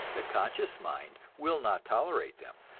the conscious mind will not tolerate them,